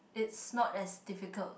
it's not as difficult